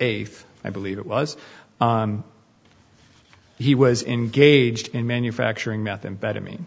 eighth i believe it was he was engaged in manufacturing methamphetamine